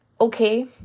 Okay